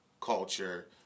culture